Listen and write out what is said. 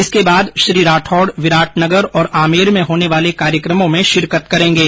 इसके बाद श्री राठौड़ विराटनगर और आमेर में होने वाले कार्यक्रमों में शिरकत करेंगे